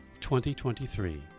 2023